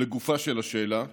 לגופה של השאלה,